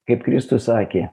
kaip kristus sakė